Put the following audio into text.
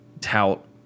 tout